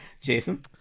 Jason